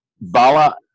bala